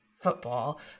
football